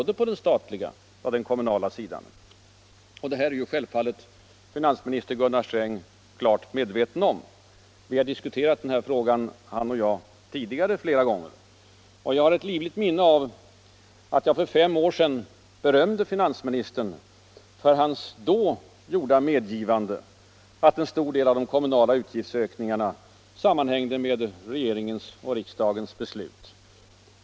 Det här är ju finansministern själv medveten om. Vi har diskuterat den här frågan flera gånger, herr Sträng och jag. Och jag har ett livligt minne av hur jag för fem år sedan berömde finansministern för hans då gjorda medgivande att en stor del av de kommunala utgiftsökningarna sammanhängde med regeringens och riksdagens beslut.